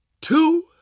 two